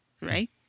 right